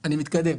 אני מתקדם.